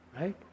Right